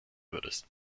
würdest